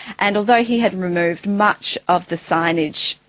and although he had removed much of the signage,